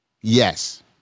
Yes